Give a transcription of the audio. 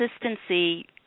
Consistency